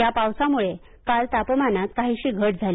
या पावसामुळे काल तापमानात काहीशी घट झाली